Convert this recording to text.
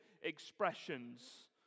expressions